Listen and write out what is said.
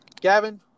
Gavin